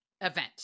event